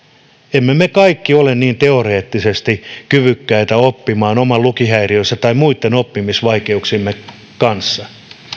emme me kaikki ole niin teoreettisesti kyvykkäitä oppimaan oman lukihäiriön tai muitten oppimisvaikeuksiemme kanssa